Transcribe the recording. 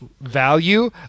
value